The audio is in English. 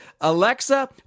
alexa